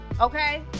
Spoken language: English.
okay